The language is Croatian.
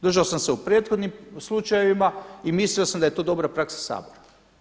Držao sam se u prethodnim slučajevima i mislio sam da je to dobra praksa Sabora.